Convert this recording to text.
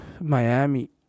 Miami